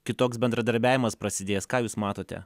kitoks bendradarbiavimas prasidės ką jūs matote